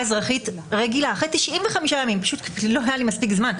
אזרחית רגילה אחרי 95 ימים פשוט לא היה לי מספיק זמן.